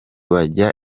bajya